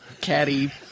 caddy